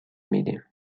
میدیم